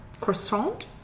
Croissant